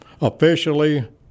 officially